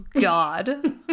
god